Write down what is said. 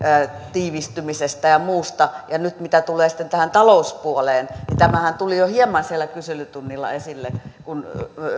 tiivistymisestä ja muusta ja nyt mitä tulee sitten tähän talouspuoleen niin tämähän tuli jo hieman siellä kyselytunnilla esille kun